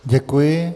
Děkuji.